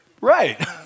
Right